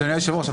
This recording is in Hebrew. אדוני היושב ראש,